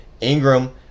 Ingram